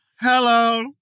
Hello